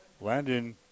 Landon